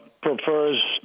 prefers